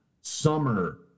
summer